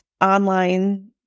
online